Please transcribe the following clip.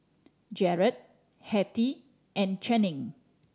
Jarod Hetty and Channing